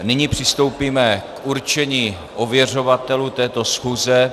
Nyní přistoupíme k určení ověřovatelů této schůze.